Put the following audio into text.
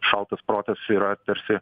šaltas protas yra tarsi